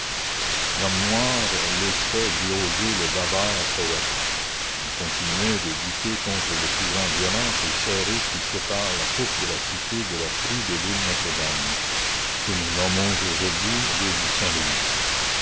l'homme noir laissait gloser le bavard poète il continuait de lutter contre le courant violent et serré qui sépare la poupe de la cité de la proue de l'île notre-dame que nous nommons aujourd'hui l'île saint-louis